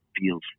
feels